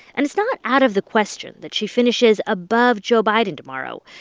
and it's not out of the question that she finishes above joe biden tomorrow.